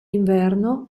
inverno